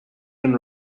and